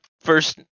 first